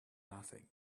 nothing